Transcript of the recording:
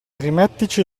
rimetterci